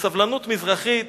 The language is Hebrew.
בסבלנות מזרחית